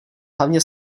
hlavně